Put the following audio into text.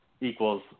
equals